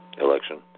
election